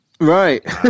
right